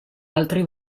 altri